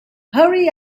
hurry